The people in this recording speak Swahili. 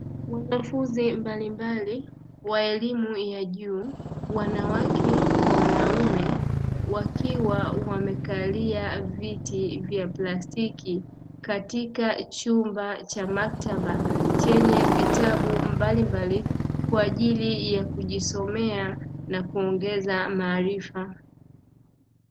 wanafunzi mbalimbali wa elimu ya juu wanawake kwa wanaume wakiwa wamekalia viti vya plastiki katika chumba cha maktaba chenye vitabu mbalimbali kwa ajili ya kujisomea na kuongeza maarifa.